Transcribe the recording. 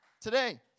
Today